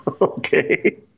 Okay